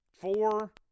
four